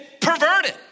perverted